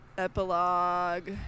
epilogue